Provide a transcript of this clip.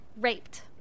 raped